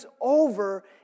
over